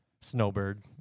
snowbird